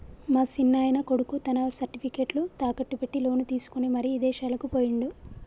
మా సిన్నాయన కొడుకు తన సర్టిఫికేట్లు తాకట్టు పెట్టి లోను తీసుకొని మరి ఇదేశాలకు పోయిండు